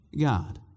God